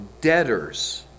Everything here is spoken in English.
debtors